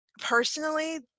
Personally